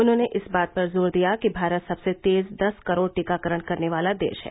उन्होंने इस बात पर जोर दिया कि भारत सबसे तेज दस करोड़ टीकाकरण करने वाला देश है